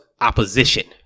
opposition